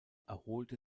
erholte